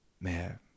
man